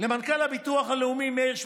למנכ"ל הביטוח הלאומי מאיר שפיגלר,